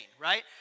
right